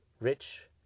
rich